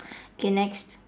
okay next